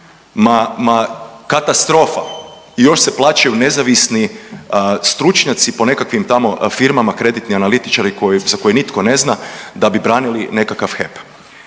ma katastrofa i još se plaćaju nezavisni stručnjaci po nekakvim tamo firmama, kreditni analitičari za koje nitko ne zna da bi branili nekakav HEP.